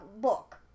book